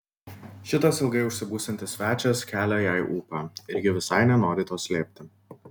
šitas ilgai užsibūsiantis svečias kelia jai ūpą ir ji visai nenori to slėpti